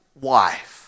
wife